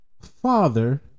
father